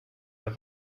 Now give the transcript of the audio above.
der